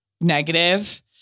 negative